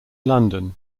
london